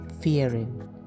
fearing